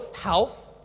health